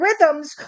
rhythms